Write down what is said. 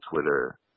Twitter